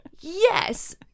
Yes